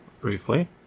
Briefly